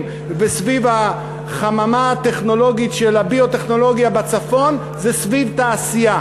וסביב החממה הטכנולוגית של הביו-טכנולוגיה בצפון זה סביב תעשייה,